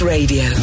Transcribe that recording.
Radio